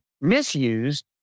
misused